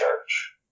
church